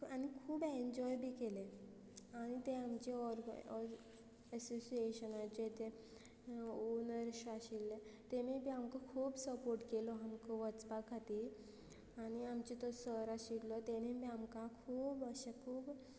आनी खूब एन्जॉय बी केलें आनी ते आमचे ऑर्ग ऑर्ग असोसियेशनाचे ते ओनर्स आशिल्ले तेमी बी आमकां खूब सपोर्ट केलो आमकां वचपा खातीर आनी आमचो तो सर आशिल्लो तेणी बी आमकां खूब अशें खूब